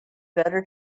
better